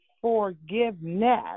forgiveness